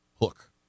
Hook